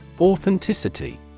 Authenticity